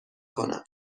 کنم